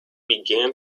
began